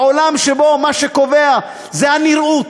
בעולם שמה שקובע זה הנראות,